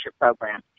Program